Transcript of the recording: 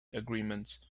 agreements